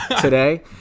today